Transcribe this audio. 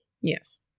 Yes